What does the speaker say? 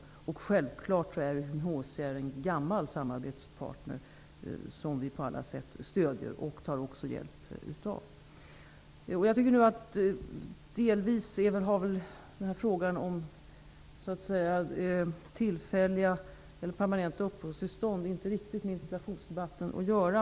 UNHCR är självfallet en gammal samarbetspartner som vi på alla sätt stöder och tar hjälp av. Frågan om tillfälliga eller permanenta uppehållstillstånd har väl inte riktigt med interpellationsdebatten att göra.